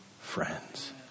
friends